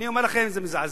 אני אומר לכם, זה מזעזע.